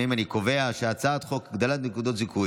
להעביר את הצעת חוק הגדלת נקודות זיכוי